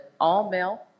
all-male